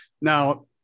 Now